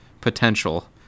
potential